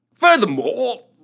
Furthermore